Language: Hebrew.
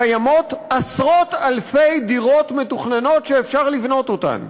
קיימות עשרות אלפי דירות מתוכננות שאפשר לבנות אותן.